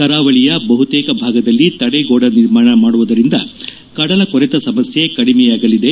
ಕರಾವಳಿಯ ಬಹುತೇಕ ಭಾಗದಲ್ಲಿ ತಡೆಗೋಡೆ ನಿರ್ಮಾಣ ಮಾಡುವುದರಿಂದ ಕಡಲ ಕೊರೆತ ಸಮಸ್ಥೆ ಕಡಿಮೆಯಾಗಲಿದೆ